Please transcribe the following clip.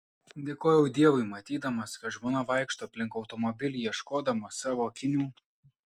dėkojau dievui matydamas kad žmona vaikšto aplink automobilį ieškodama savo akinių